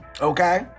okay